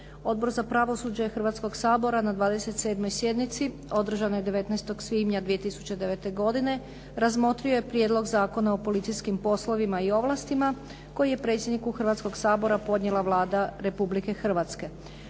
Odbor za pravosuđe Hrvatskog sabora na 27. sjednici održanoj 19. svibnja 2009. godine razmotrio je Prijedlog Zakona o policijskim poslovima i ovlastima, koji je predsjedniku Hrvatskog sabora podnijela Vlada Republike Hrvatske.